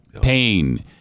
pain